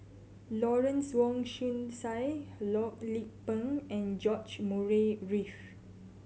Lawrence Wong Shyun Tsai Loh Lik Peng and George Murray Reith